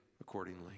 accordingly